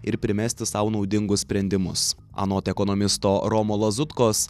ir primesti sau naudingus sprendimus anot ekonomisto romo lazutkos